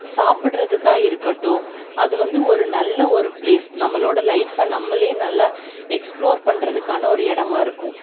சாப்பிட்றதுக்கா இருக்கட்டும் அது வந்து நல்ல ஒரு பிளேஸ் நம்மளோட லைஃபை நம்மளே நல்லா எக்ஸ்ப்ளோர் பண்றதுக்கான ஒரு இடமா இருக்கும்